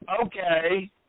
Okay